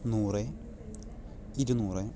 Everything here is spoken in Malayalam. നൂറ് ഇരുന്നൂറ്